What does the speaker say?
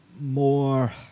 more